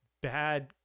bad